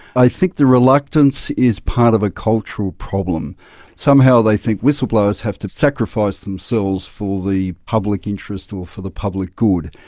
i think the reluctance is part of a cultural problem somehow they think whistleblowers have to sacrifice themselves for the public interest or for the public good,